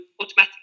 automatically